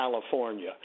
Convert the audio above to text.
California –